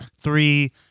three